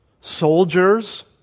soldiers